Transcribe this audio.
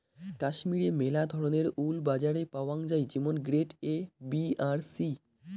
কাশ্মীরের মেলা ধরণের উল বাজারে পাওয়াঙ যাই যেমন গ্রেড এ, বি আর সি